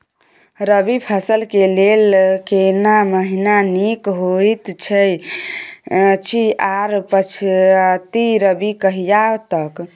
रबी फसल के लेल केना महीना नीक होयत अछि आर पछाति रबी कहिया तक?